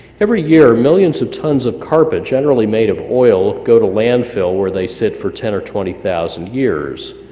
every year millions of tons of carpet generally made of oil go to landfill where they sit for ten or twenty thousand years